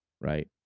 right